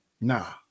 nah